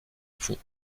font